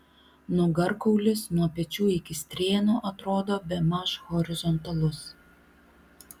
nugarkaulis nuo pečių iki strėnų atrodo bemaž horizontalus